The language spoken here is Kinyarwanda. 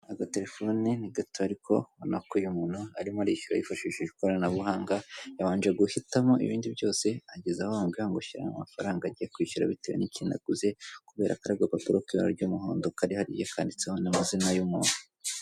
Aga telefoni ni gatoya ariko urabona ko uyu muntu arimo arishyura yifashishije ikoranabuhanga, yabanje guhitamo ibindi byose ageze aho bamumbwira ngo shyiramo amafaranga agiye kwishyura bitewe n'ikintu aguze kubera kariya gapapuro k'ibara ry'umuhondo kari hariya kanditseho n'amazina y'umuntu.